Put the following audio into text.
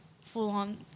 full-on